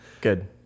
good